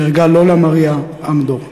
נהרגה לולה מריה אמדור,